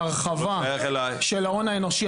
ההרחבה של ההון האנושי,